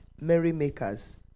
merrymakers